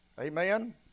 Amen